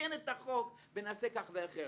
שנתקן את החוק, ונעשה כך ואחרת.